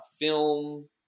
film